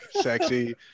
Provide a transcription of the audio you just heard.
sexy